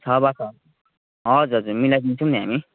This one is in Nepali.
छ बट्टा हजुर हजुर मिलाइदिन्छौँ नि हामी